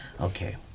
Okay